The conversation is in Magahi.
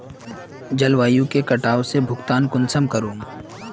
जलवायु के कटाव से भुगतान कुंसम करूम?